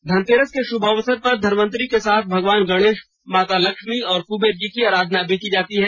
धनतेरस के शुभ अवसर पर धनवंतरि के साथ भगवान गणेश माता लक्ष्मी और कुंबेर जी की आराधना भी की जाती है